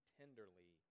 tenderly